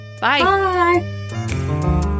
Bye